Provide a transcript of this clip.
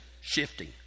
shifting